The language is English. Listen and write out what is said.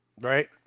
Right